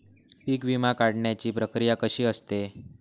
पीक विमा काढण्याची प्रक्रिया कशी असते?